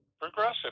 Progressive